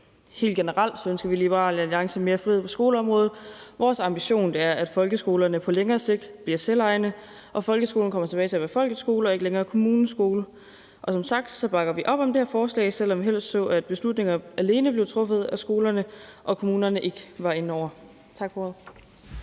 Helt generelt ønsker vi i Liberal Alliance mere frihed på skoleområdet. Vores ambition er, folkeskolerne på længere sigt bliver selvejende, og at folkeskolen kommer tilbage til at være folkeskole og ikke længere kommuneskole. Som sagt bakker vi op om det her forslag, selv om vi helst så, at beslutninger alene blev truffet af skolerne, og at kommunerne ikke var inde over.